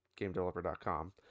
GameDeveloper.com